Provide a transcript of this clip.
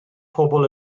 pobl